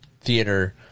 theater